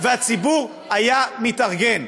והציבור היה מתארגן.